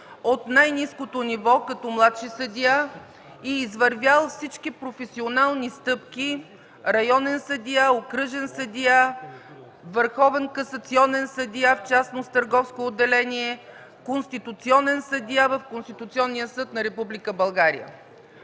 от най-ниското ниво като младши съдия и извървял всички професионални стъпки – районен съдия, окръжен съдия, върховен касационен съдия, в частност търговско отделение, конституционен съдия в Конституционния съд на